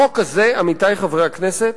החוק הזה, עמיתי חברי הכנסת,